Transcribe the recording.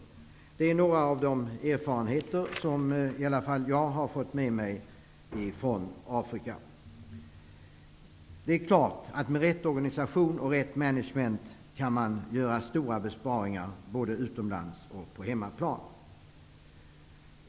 Detta är några av de erfarenheter som jag har fått med mig från Afrika. Det är klart att man med rätt organisation och rätt management kan göra stora besparingar, både utomlands och på hemmaplan.